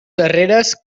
darreres